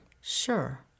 sure